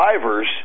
drivers